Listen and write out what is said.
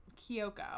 Kyoko